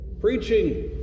Preaching